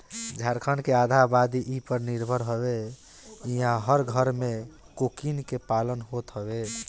झारखण्ड के आधा आबादी इ पर निर्भर हवे इहां हर घरे में कोकून के पालन होत हवे